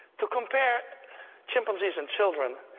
to compare chimpanzees and children,